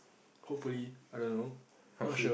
hopefully I don't know not sure